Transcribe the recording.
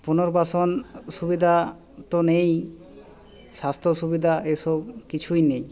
পুনর্বাসন সুবিধা তো নেই স্বাস্থ্য সুবিধা এসব কিছুই নেই